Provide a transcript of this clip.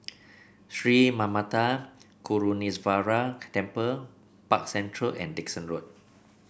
Sri Manmatha Karuneshvarar Temple Park Central and Dickson Road